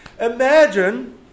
Imagine